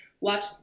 watch